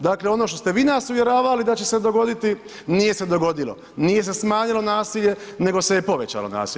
Dakle, ono što ste vi nas uvjeravali da će se dogoditi, nije se dogodilo, nije se smanjilo nasilje, nego se povećalo nasilje.